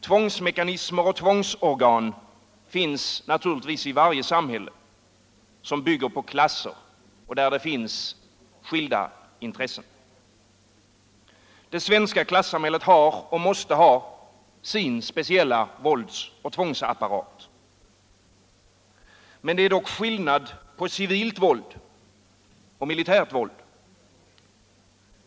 Tvångsmekanismer och tvångsorgan finns naturligtvis i varje samhälle, som bygger på klasser och där det finns skilda intressen. Det svenska klassamhället har — och måste ha — sin speciella våldsoch tvångsapparat. Men det är skillnad på civilt våld och militärt våld.